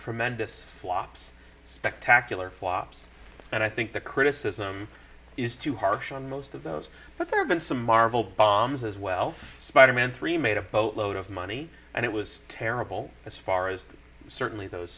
tremendous flops spectacular flops and i think the criticism is too harsh on most of those but there have been some marvel bombs as well spider man three made a boatload of money and it was terrible as far as certainly those